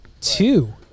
two